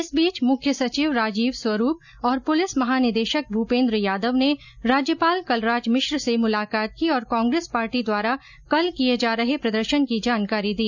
इस बीच मुख्य सचिव राजीव स्वरूप और पुलिस महानिदेशक भूपेन्द्र यादव ने राज्यपाल कलराज मिश्र से मुलाकात की और कांग्रेस पार्टी द्वारा सोमवार को किये जा रहे प्रदर्शन की जानकारी दी